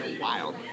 wild